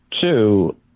two